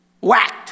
whacked